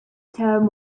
term